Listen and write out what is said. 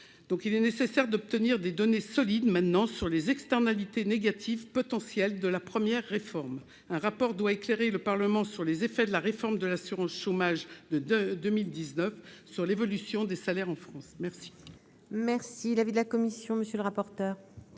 Il est nécessaire d'obtenir des données solides sur les potentielles externalités négatives de la première réforme. Un rapport doit éclairer le Parlement sur les effets de la réforme de l'assurance chômage de 2019 sur l'évolution des salaires en France. Quel est l'avis de la commission ? Même argumentation que